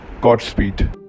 Godspeed